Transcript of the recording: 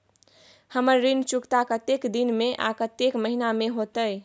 हमर ऋण चुकता कतेक दिन में आ कतेक महीना में होतै?